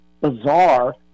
bizarre